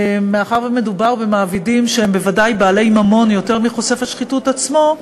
מאחר שמדובר במעבידים שהם בוודאי בעלי ממון יותר מחושף השחיתות עצמו,